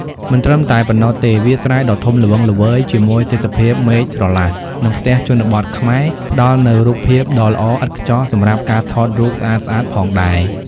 មិនត្រឹមតែប៉ុណ្ណោះទេ វាលស្រែដ៏ធំល្វឹងល្វើយ ជាមួយទេសភាពមេឃស្រឡះ និងផ្ទះជនបទខ្មែរ ផ្ដល់នូវរូបភាពដ៏ល្អឥតខ្ចោះសម្រាប់ការថតរូបស្អាតៗផងដែរ ។